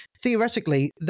theoretically